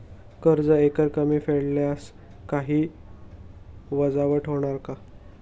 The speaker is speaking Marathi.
कर्ज एकरकमी फेडल्यास काही वजावट होणार का?